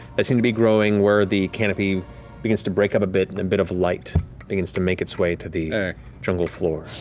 that seem to be growing where the canopy begins to break up a bit, and a bit of light begins to make its way to the jungle floor.